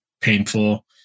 painful